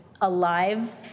alive